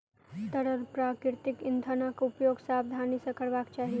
तरल प्राकृतिक इंधनक उपयोग सावधानी सॅ करबाक चाही